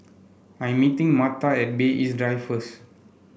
I am meeting Marta at Bay East Drive first